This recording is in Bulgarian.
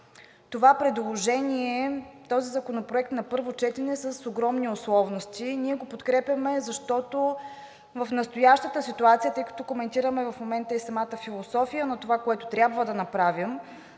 ще подкрепим този законопроект на първо четене с огромни условности. Ние го подкрепяме, защото в настоящата ситуация, тъй като коментираме в момента и самата философия на това, което трябва да направим,